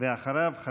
דבר מדהים מבחינה